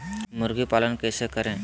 मुर्गी पालन कैसे करें?